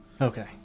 Okay